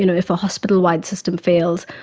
you know if a hospital-wide system fails,